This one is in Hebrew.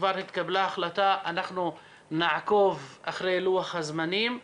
כבר התקבלה החלטה אנחנו נעקוב אחרי לוח הזמנים.